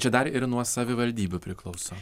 čia dar ir nuo savivaldybių priklauso